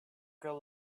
grow